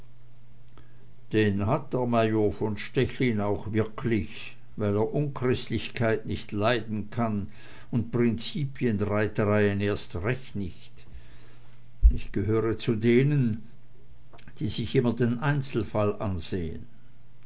den hat der major von stechlin auch wirklich weil er unchristlichkeiten nicht leiden kann und prinzipienreitereien erst recht nicht ich gehöre zu denen die sich immer den einzelfall ansehn